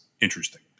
interesting